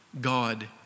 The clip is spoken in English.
God